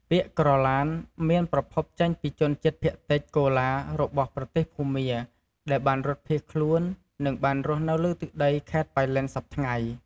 ពាក្យ "ក្រឡាន" មានប្រភពចេញពីជនជាតិភាគតិចកូឡារបស់ប្រទេសភូមា ដែលបានរត់ភៀសខ្លួន និងបានរស់នៅលើទឹកដីខេត្តប៉ៃលិនសព្វថ្ងៃ។